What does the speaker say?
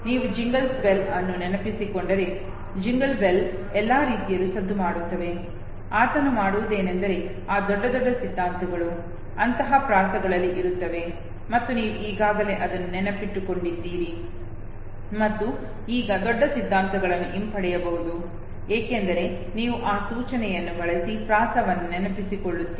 ನೀವು jingle bells ಅನ್ನು ನೆನಪಿಸಿಕೊಂಡರೆ ಜಿಂಗಲ್ ಬೆಲ್ಸ್ ಎಲ್ಲಾ ರೀತಿಯಲ್ಲೂ ಸದ್ದು ಮಾಡುತ್ತವೆ ಆತನು ಮಾಡುವುದೇನೆಂದರೆ ಆ ದೊಡ್ಡ ದೊಡ್ಡ ಸಿದ್ಧಾಂತಗಳು ಅಂತಹ ಪ್ರಾಸಗಳಲ್ಲಿ ಇರುತ್ತವೆ ಮತ್ತು ನೀವು ಈಗಾಗಲೇ ಅದನ್ನು ನೆನಪಿಟ್ಟುಕೊಂಡಿದ್ದೀರಿ ಮತ್ತು ಈಗ ದೊಡ್ಡ ಸಿದ್ಧಾಂತಗಳನ್ನು ಹಿಂಪಡೆಯಬಹುದು ಏಕೆಂದರೆ ನೀವು ಆ ಸೂಚನೆಗಳನ್ನು ಬಳಸಿ ಪ್ರಾಸವನ್ನು ನೆನಪಿಸಿಕೊಳ್ಳುತ್ತೀರಿ